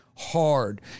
hard